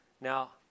Now